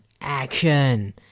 action